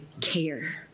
care